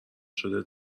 شده